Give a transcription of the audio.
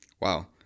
Wow